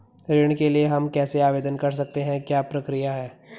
ऋण के लिए हम कैसे आवेदन कर सकते हैं क्या प्रक्रिया है?